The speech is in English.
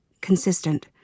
consistent